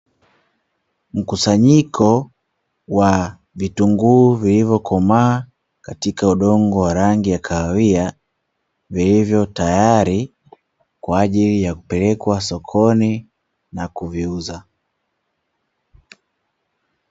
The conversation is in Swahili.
Mkusanyiko wa vitunguu vilivyokomaa katika udongo wa rangi ya kahawia, vilivyo tayari kwa ajili ya kupelekwa sokoni na kuviuza.